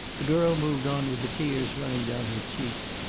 the girl moved on with the tears running down her cheeks.